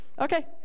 Okay